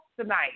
tonight